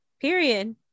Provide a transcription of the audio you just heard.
Period